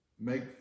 make